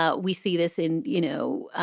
ah we see this in, you know,